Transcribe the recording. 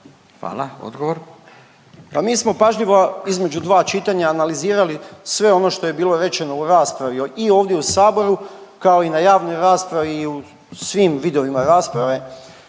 Darko** Pa mi smo pažljivo između dva čitanja analizirali sve ono što je bilo rečeno u raspravi i ovdje u saboru kao i na javnoj raspravi i u svim vidovima rasprave